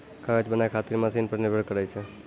कागज बनाय खातीर मशिन पर निर्भर करै छै